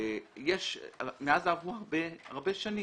מאז עברו הרבה שנים,